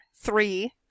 three